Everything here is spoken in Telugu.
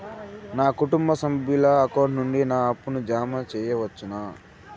నా కుటుంబ సభ్యుల అకౌంట్ నుండి నా అప్పును జామ సెయవచ్చునా?